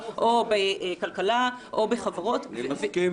או בכלכלה או בחברות --- אני מסכים,